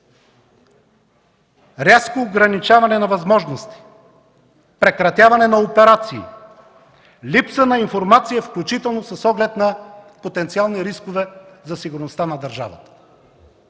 рязко ограничаване на възможности, прекратяване на операции, липса на информация, включително с оглед на потенциални рискове за сигурността на държавата.